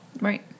Right